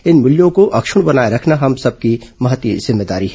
इन मूल्यों को अक्षुण्ण बनाए रखना हम सबकी महती जिम्मेदारी है